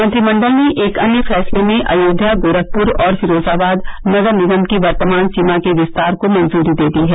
मंत्रिमंडल ने एक अन्य फैसले में अयोध्या गोरखपुर और फिरोजाबाद नगर निगम की वर्तमान सीमा के विस्तार को मंजूरी दे दी है